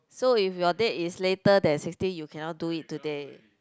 so if your date is later than sixteen you cannot do it today